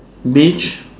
beach